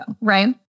right